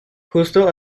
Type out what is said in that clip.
justo